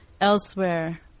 elsewhere